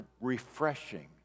refreshing